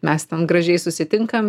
mes ten gražiai susitinkam